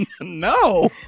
No